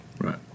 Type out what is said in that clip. Right